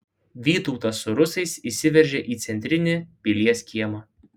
vytautas su rusais įsiveržia į centrinį pilies kiemą